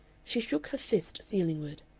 she shook her fist ceilingward.